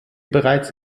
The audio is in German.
bereits